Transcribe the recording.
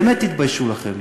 באמת תתביישו לכם.